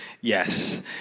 Yes